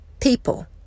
people